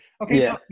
Okay